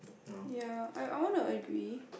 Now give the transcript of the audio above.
ya I I want to agree